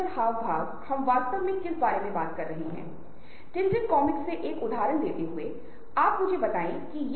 networking skills एक समुदाय में सफल होने के लिए हमें कुछ नेटवर्किंग स्किल्स की आवश्यकता होती है